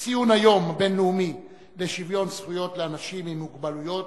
ציון היום הבין-לאומי לשוויון זכויות לאנשים עם מוגבלויות,